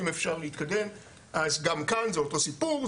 אז גם כאן זה אותו סיפור,